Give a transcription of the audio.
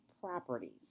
properties